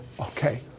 Okay